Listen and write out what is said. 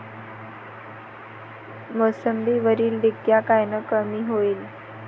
मोसंबीवरील डिक्या कायनं कमी होईल?